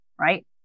right